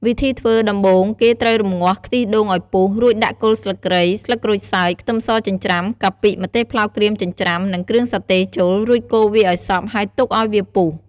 វិធីធ្វើ ដំបូងគេត្រូវរម្ងាស់ខ្ទិះដូងឱ្យពុះ រួចដាក់គល់ស្លឹកគ្រៃ ស្លឹកក្រូចសើច ខ្ទឹមសចិញ្ច្រាំ កាពិ ម្ទេសប្លោកក្រៀមចិញ្ច្រាំ និងគ្រឿងសាតេចូល រួចកូរវាឱ្យសព្វ ហើយទុកឱ្យវាពុះ។